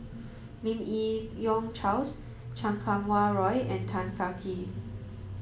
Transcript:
Lim Yi Yong Charles Chan Kum Wah Roy and Tan Kah Kee